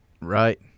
Right